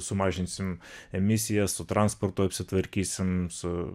sumažinsim emisiją su transportu apsitvarkysim su